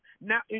Now